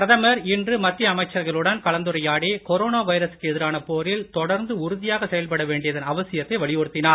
பிரதமர் இன்று மத்திய அமைச்சர்களுடன் கலந்துரையாடி கொரோனா வைரசுக்கு எதிரான போரில் தொடர்ந்து உறுதியாக செயல்பட வேண்டியதன் அவசியத்தை வலியுறுத்தினார்